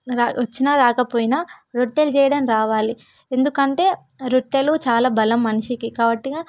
ర వచ్చినా రాకపోయినా రొట్టెలు చేయడం రావాలి ఎందుకంటే రొట్టెలు చాలా బలం మనిషికి కాబట్టి ఇక